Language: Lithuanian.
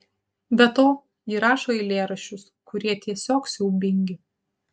be to ji rašo eilėraščius kurie tiesiog siaubingi